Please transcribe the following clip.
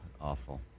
awful